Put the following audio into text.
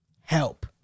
help